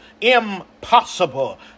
impossible